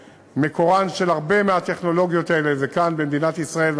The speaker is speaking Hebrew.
ומקורן של הרבה מהטכנולוגיות האלה הוא כאן במדינת ישראל,